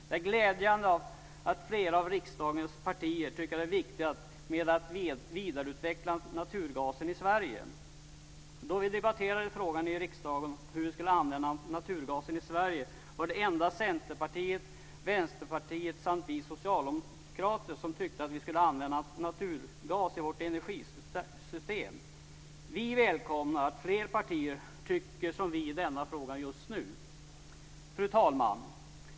Det är glädjande att flera av riksdagens partier tycker att det är viktigt att vidareutveckla naturgasen i Sverige. Då vi här i riksdagen debatterade frågan om hur vi ska använda naturgasen i Sverige var det endast Centerpartiet, Vänsterpartiet och vi socialdemokrater som tyckte att naturgas ska användas i vårt energisystem. Vi välkomnar att fler partier tycker som vi i denna fråga - just nu.